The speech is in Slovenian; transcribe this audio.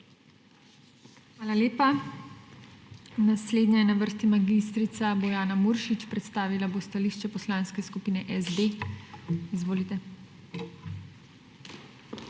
Hvala lepa. Naslednja je na vrsti mag. Bojana Muršič, predstavila bo stališče Poslanske skupine SD. Izvolite.